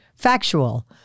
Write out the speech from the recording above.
factual